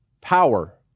Power